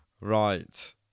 right